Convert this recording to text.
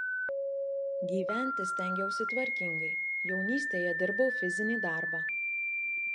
gyventi stengiausi tvarkingai jaunystėje dirbau fizinį darbą